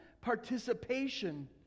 participation